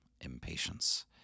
impatience